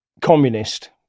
communist